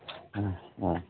ꯎꯝ ꯎꯝ